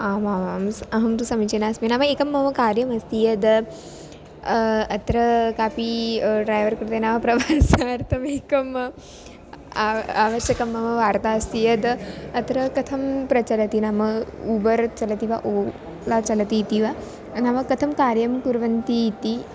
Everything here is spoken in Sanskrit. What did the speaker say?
आमां स् अहं तु समीचीना अस्मि नाम एकं मम कार्यमस्ति यत् अत्र कापी ड्रैवर् कृते नाम प्रवासार्थमेकम् आव आवश्यकं मम वार्ता अस्ति यत् अत्र कथं प्रचलति नाम उबर् चलति वा ओल्ला चलति इति वा नाम कथं कार्यं कुर्वन्ती इति